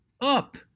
up